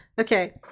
Okay